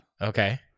Okay